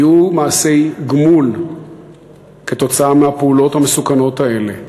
יהיו מעשי גמול כתוצאה מהפעולות המסוכנות האלה.